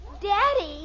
Daddy